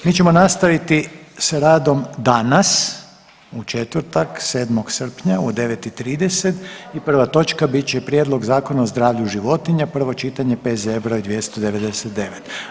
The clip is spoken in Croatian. Mi ćemo nastaviti sa radom danas u četvrtak 7. srpnja u 9,30 i prva točka bit će Prijedlog zakona o zdravlju životinja, prvo čitanje, P.Z.E. br. 299.